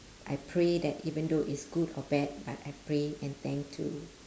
I pray that even though it's good or bad but I pray and thank to